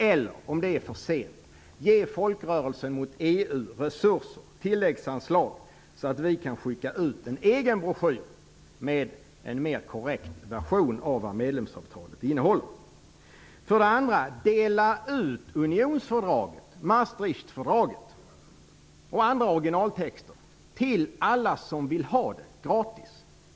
Eller, om det är för sent, ge resurser, ett tilläggsanslag, till Folkrörelsen mot EU, så att vi kan skicka ut en egen broschyr med en mer korrekt version av vad medlemsavtalet innehåller. För det andra: Dela ut unionsfördraget, Maastrichtfördraget, och andra originaltexter gratis till alla som vill ha dem!